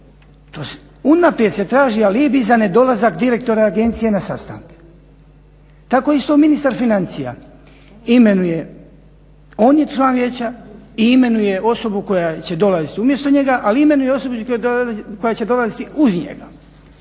To unaprijed se traži alibi za nedolazak direktora agencije na sastanke. Tako isto i ministar financija imenuje, on je član vijeća i imenuje osobu koja će dolaziti umjesto njega ali i imenuje osobu koja će dolaziti uz njega.